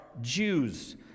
Jews